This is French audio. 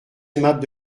aimable